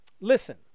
listen